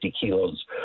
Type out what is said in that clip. kilos